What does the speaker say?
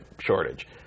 shortage